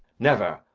never.